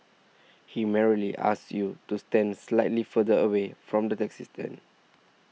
he merely asked you to stand slightly further away from the taxi stand